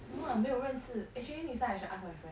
no ah 没有认识 actually next time I should ask my friend